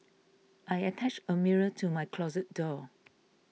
I attached a mirror to my closet door